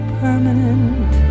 permanent